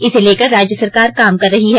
इसे लेकर राज्य सरकार काम कर रही है